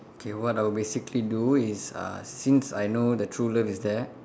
okay what I'll basically do is uh since I know the true love is there